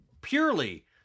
purely